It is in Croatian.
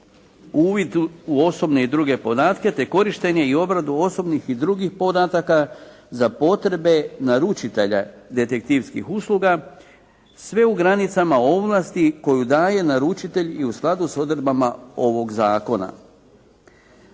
uvid u osobne i druge podatke, te korištenje i obradu osobnih i drugih podataka za potrebe naručitelja detektivskih usluga sve u granicama ovlasti koju daje naručitelj i u skladu sa odredbama ovog zakona.